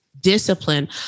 discipline